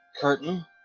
curtain